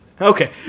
Okay